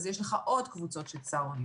אז יש לך עוד קבוצות של צהרונים.